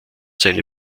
seine